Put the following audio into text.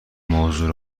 موضوع